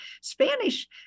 Spanish